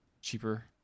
cheaper